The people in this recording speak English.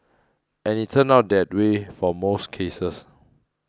and it's turned out that way for most cases